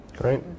Great